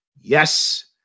Yes